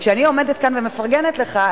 כשאני עומדת כאן ומפרגנת לך,